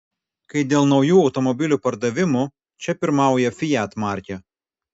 kai dėl naujų automobilių pardavimų čia pirmauja fiat markė